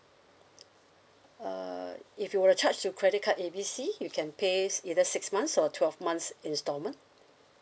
err if you were to charge to credit card A B C you can pay either six months or twelve months instalment